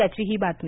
त्याची ही बातमी